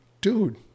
Dude